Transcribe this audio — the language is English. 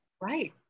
Right